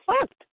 fucked